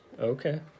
okay